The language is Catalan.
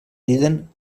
criden